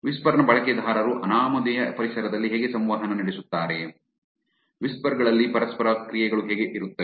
whisper ನ ಬಳಕೆದಾರರು ಅನಾಮಧೇಯ ಪರಿಸರದಲ್ಲಿ ಹೇಗೆ ಸಂವಹನ ನಡೆಸುತ್ತಾರೆ ವಿಸ್ಪರ್ ಗಳಲ್ಲಿ ಪರಸ್ಪರ ಕ್ರಿಯೆಗಳು ಹೇಗೆ ಇರುತ್ತವೆ